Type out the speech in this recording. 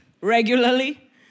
regularly